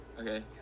okay